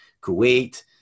Kuwait